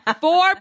Four